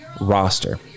roster